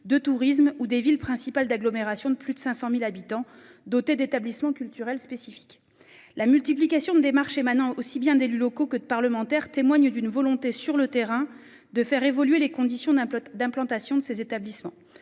de tourisme ou des villes principales d'agglomérations de plus de 500.000 habitants doté d'établissements culturels spécifiques. La multiplication de démarches émanant aussi bien d'élus locaux que de parlementaires témoigne d'une volonté sur le terrain de faire évoluer les conditions d'un plan d'implantation de ces établissements.